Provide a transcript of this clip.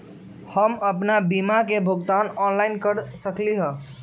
हम अपन बीमा के भुगतान ऑनलाइन कर सकली ह?